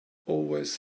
always